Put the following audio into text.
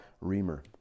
Reamer